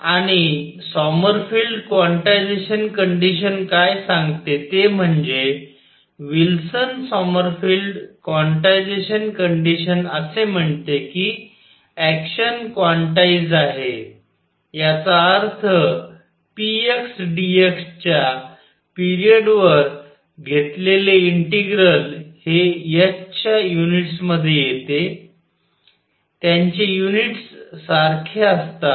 आणि Sommerfeld quantization condition काय सांगते ते म्हणजे विल्सन सॉमरफेल्ड क्वांटिझेशन कंडिशन असे म्हणते की ऍक्शन क्वाटाईज्ड आहे याचा अर्थ px dx च्या पिरियड वर घेतलेले इंटिग्रल हे h च्या युनिटमध्ये येते त्यांचे युनिट्स सारखे असतात